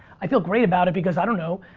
i feel great about it because i don't know,